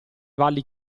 valli